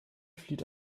flieht